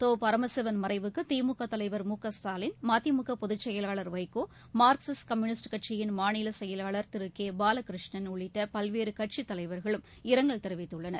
தொ பரமசிவன் மறைவுக்கு திமுக தலைவர் மு க ஸ்டாலின் மதிமுக பொதுச் செயலாளர் வைகோ மார்க்சிஸ்ட் கம்யூனிஸ்ட் கட்சியின் மாநில செயலாளர் திரு கே பாலகிருஷ்ணன் உள்ளிட்ட பல்வேறு கட்சித் தலைவர்களும் இரங்கல் தெரிவித்துள்ளனர்